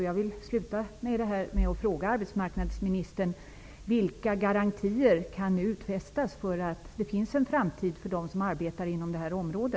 Jag vill avsluta med att fråga arbetsmarknadsministern: Vilka garantier kan utfästas när det gäller framtiden för dem som arbetar inom detta område?